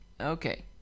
Okay